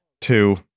Two